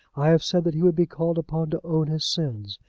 i have said that he would be called upon to own his sins,